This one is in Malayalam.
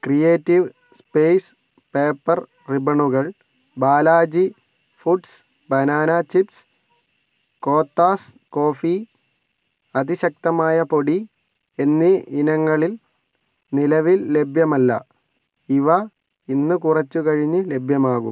ക്രിയേറ്റീവ് സ്പേസ് പേപ്പർ റിബണുകൾ Balaji foods banana chips Kothas coffee അതിശക്തമായപ്പൊടി എന്നീ ഇനങ്ങളിൽ നിലവിൽ ലഭ്യമല്ല ഇവ ഇന്ന് കുറച്ചു കഴിഞ്ഞ് ലഭ്യമാകും